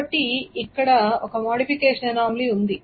కాబట్టి ఇక్కడ ఒక మోడిఫికేషన్ అనామలీ ఉంది